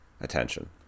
attention